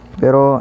pero